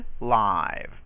live